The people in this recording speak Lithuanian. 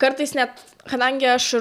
kartais net kadangi aš